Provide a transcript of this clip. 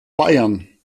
bayern